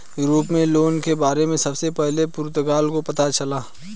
Europe में loan के बारे में सबसे पहले पुर्तगाल को पता चला